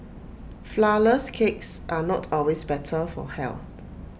Flourless Cakes are not always better for health